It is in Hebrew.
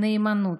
נאמנות,